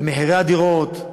למחירי הדירות,